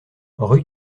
rue